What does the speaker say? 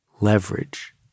leverage